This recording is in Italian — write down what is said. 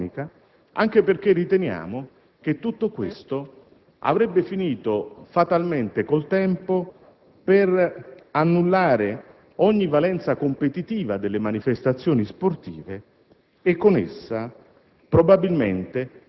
con maggiore e minore disponibilità economica, anche perché abbiamo ritenuto che ciò avrebbe finito fatalmente, con il passare del tempo, per annullare ogni valenza competitiva delle manifestazioni sportive,